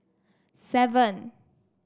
seven